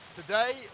today